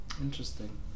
Interesting